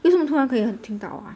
为什么突然可以听到 ah